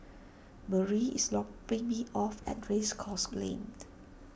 Marie is dropping me off at Race Course Lane